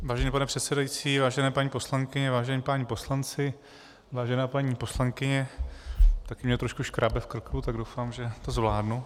Vážený pane předsedající, vážené paní poslankyně, vážení páni poslanci, vážená paní poslankyně, také mě trošku škrábe v krku, tak doufám, že to zvládnu.